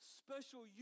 special